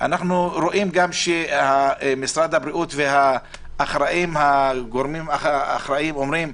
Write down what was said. ואנחנו רואים שמשרד הבריאות והגורמים האחראים אומרים,